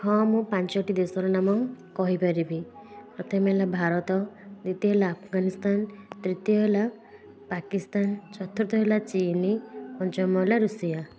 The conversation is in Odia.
ହଁ ମୁଁ ପାଞ୍ଚଟି ଦେଶର ନାମ କହି ପାରିବି ପ୍ରଥମ ହେଲା ଭାରତ ଦ୍ୱିତୀୟ ହେଲା ଆଫଗାନିସ୍ତାନ ତୃତୀୟ ହେଲା ପାକିସ୍ତାନ ଚତୁର୍ଥ ହେଲା ଚୀନ୍ ପଞ୍ଚମ ହେଲା ଋଷିଆ